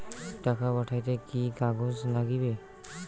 টাকা পাঠাইতে কি কাগজ নাগীবে?